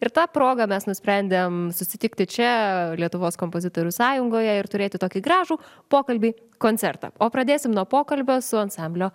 ir ta proga mes nusprendėm susitikti čia lietuvos kompozitorių sąjungoje ir turėti tokį gražų pokalbį koncertą o pradėsim nuo pokalbio su ansamblio